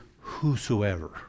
whosoever